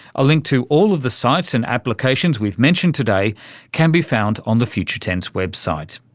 a link to all of the sites and applications we've mentioned today can be found on the future tense website.